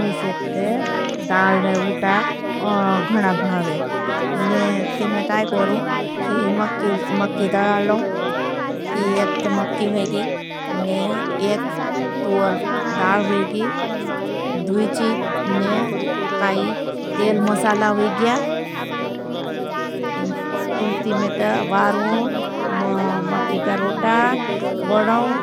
मिसेक्ते दालने वुटा गना भावे ने तीमेटाय कोरों। किही मक्की दाललों ती एकत मक्की होईगी ने एक तूर दाल होईगी। दुईची ने काई तेल मसाला होईगिया इन तीमेटा। वारों मक्की करोटा बनाओं